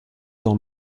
dans